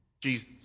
Jesus